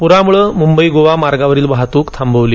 पुरामुळे मुंबई गोवा मार्गावरील वाहतुक थांबवली